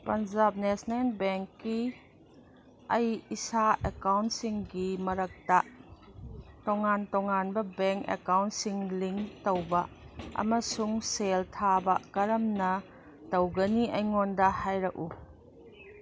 Punjab national ꯕꯦꯡꯀꯤ ꯑꯩ ꯏꯁꯥ ꯑꯦꯀꯥꯎꯟꯁꯤꯡꯒꯤ ꯃꯔꯛꯇ ꯇꯣꯉꯥꯟ ꯇꯣꯉꯥꯟꯕ ꯕꯦꯡ ꯑꯦꯀꯥꯎꯟꯁꯤꯡ ꯂꯤꯡ ꯇꯧꯕ ꯑꯃꯁꯨꯡ ꯁꯦꯜ ꯊꯥꯕ ꯀꯔꯝꯅ ꯇꯧꯒꯅꯤ ꯑꯩꯉꯣꯟꯗ ꯍꯥꯏꯔꯛꯎ